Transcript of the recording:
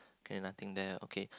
okay nothing then I okay